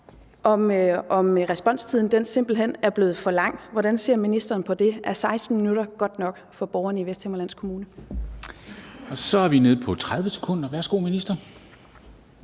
simpelt hen er blevet for lang. Hvordan ser ministeren på det – er 16 minutter godt nok for borgerne i Vesthimmerlands Kommune?